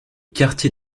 quartier